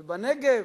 ובנגב,